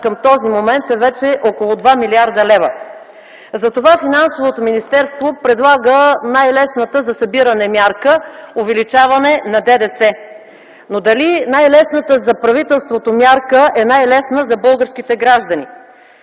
към този момент вече е около 2 млрд. лв. Затова Финансовото министерство предлага най-лесната за събиране мярка – увеличаване на ДДС. Дали най-лесната за правителството мярка е най-лесна за българските граждани?!